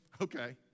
okay